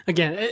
Again